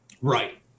right